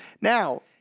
Now